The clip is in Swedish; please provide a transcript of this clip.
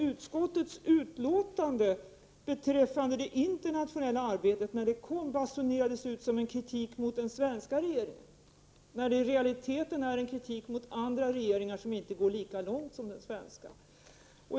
Utskottets betänkande beträffande det internationella arbetet basunera | des ut som en kritik mot den svenska regeringen, när det i realiteten är en kritik mot andra regeringar som inte går så långt som den svenska.